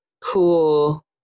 Cool